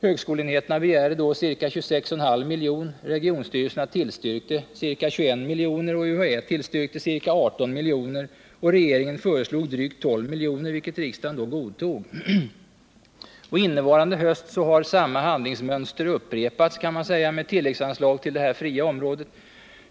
Högskoleenheterna begärde ca 26,5 milj.kr., regionstyrelserna tillstyrkte ca 21 milj.kr. UHÄ tillstyrkte ca 18 milj.kr. och regeringen föreslog drygt 12 milj.kr. vilket riksdagen godtog. Innevarande höst har samma behandlingsmönster upprepats, kan man säga, med tilläggsanslag till det s.k. fria området.